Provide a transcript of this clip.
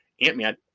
Ant-Man